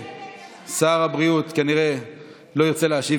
הסתייגות מס' 47 לא התקבלה.